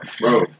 Bro